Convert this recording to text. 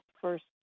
first